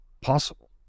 possible